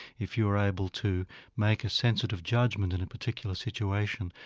if you were able to make a sensitive judgment in a particular situation,